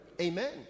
amen